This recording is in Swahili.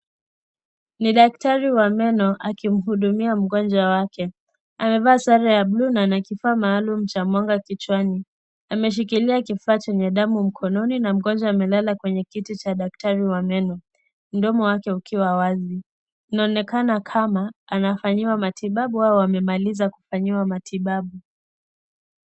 Ni daktari wa meno akihudumia mgonjwa wake, Amevaa sare ya blue na kifaa maalum cha mwanga kichwani, Ameshikilia kifaa chenye damu mkononi na mgonjwa amelala kwenye kiti cha daktari wa meno, mdomo wake ukiwa wazi inaonekana kama anafanyiwa matibabu au amemaliza kufanyiwa matibabu.